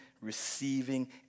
receiving